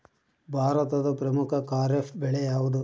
ಭಾರತದ ಪ್ರಮುಖ ಖಾರೇಫ್ ಬೆಳೆ ಯಾವುದು?